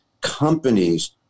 companies